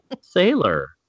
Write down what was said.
Sailor